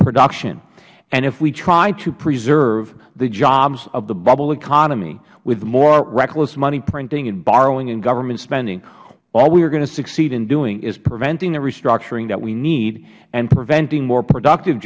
production if we try to preserve the jobs of the bubble economy with more reckless money printing borrowing and government spending all we are going to succeed in doing is preventing the restructuring we need and preventing more productive